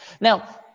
Now